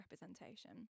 representation